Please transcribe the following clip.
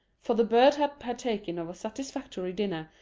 for the bird had partaken of a satisfactory dinner,